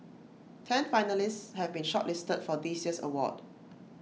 ten finalists have been shortlisted for this year's award